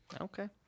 Okay